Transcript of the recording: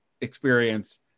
experience